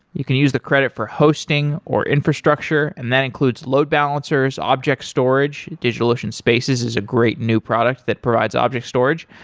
you can use the credit for hosting, or infrastructure, and that includes load balancers, object storage. digitalocean spaces is a great new product that provides object storage,